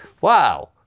Wow